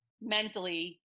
mentally